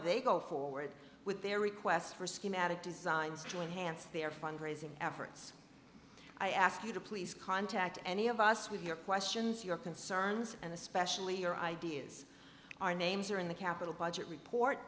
they go forward with their request for a schematic designs to enhance their fundraising efforts i ask you to please contact any of us with your questions your concerns and especially your ideas our names are in the capital budget report